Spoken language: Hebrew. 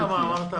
הבנת מה אמרת?